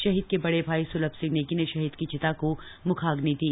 शहीद के बड़े भाई सुलभ सिंह नेगी ने शहीद की चिता को मुखाग्नि दी